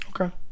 okay